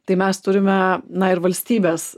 tai mes turime na ir valstybės